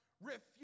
refuse